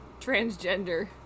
transgender